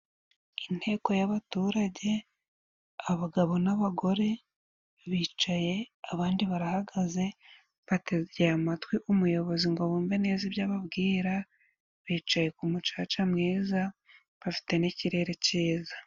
Inteko y'abaturage abagabo n'abagore bicaye, abandi barahagaze bategera amatwi umuyobozi ngo bumve neza ibyo ababwira bicaye ku mucaca mwiza, bafite n'ikirere cyiza.